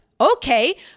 Okay